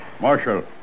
Marshal